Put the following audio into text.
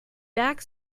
back